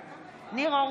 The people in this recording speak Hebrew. בעד ניר אורבך,